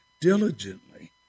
diligently